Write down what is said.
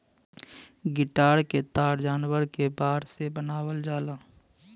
guitar क तार जानवर क बार से बनावल जाला